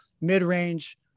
mid-range